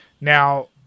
Now